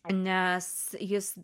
nes jis